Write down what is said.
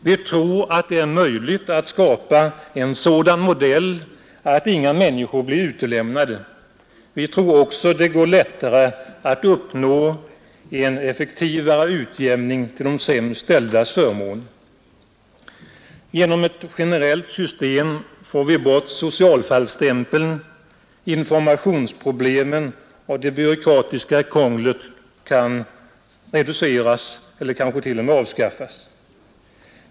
Vi tror att det är möjligt att skapa en sådan modell att inga människor blir utelämnade, Vi tror också att det då går lättare att uppnå en effektivare utjämning till de sämst ställdas förmån. Genom ett generellt system får vi bort socialfallsstämpeln, informationsproblemen och det byråkratiska krånglet kan reduceras eller kanske till och med avskaffas.